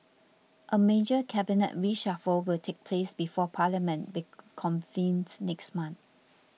a major Cabinet reshuffle will take place before Parliament reconvenes next month